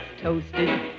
toasted